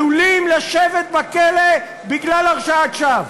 עלולים לשבת בכלא בגלל הרשעת שווא,